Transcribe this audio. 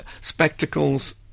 spectacles